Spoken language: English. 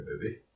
baby